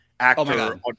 actor